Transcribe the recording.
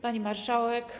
Pani Marszałek!